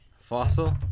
Fossil